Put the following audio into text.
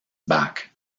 back